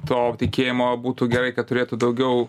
to tikėjimo būtų gerai kad turėtų daugiau